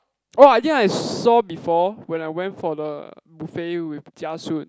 oh I think I saw before when I went for the buffet with Jiasun